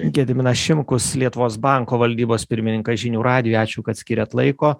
gediminas šimkus lietuvos banko valdybos pirmininkas žinių radijui ačiū kad skiriat laiko